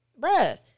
bruh